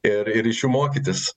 ir ir iš jų mokytis